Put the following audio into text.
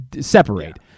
separate